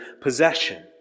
possession